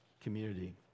community